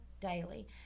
daily